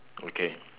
okay